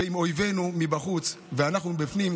שהם אויבינו מבחוץ, ואנחנו בפנים,